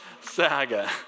saga